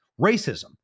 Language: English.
racism